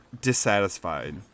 dissatisfied